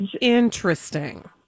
interesting